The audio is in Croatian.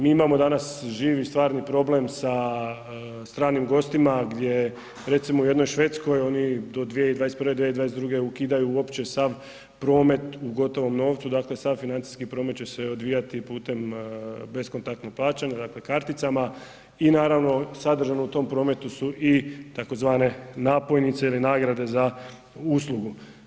Mi imamo danas živi stvarni problem sa stranim gostima gdje recimo u jednoj Švedskoj oni do 2021., 2022. ukidaju sav promet u gotovom novcu, dakle sav financijski promet će se odvijati putem bezkontaktnog plaćanja, dakle karticama i naravno sadržano u tom prometu su tzv. napojnice ili nagrade za uslugu.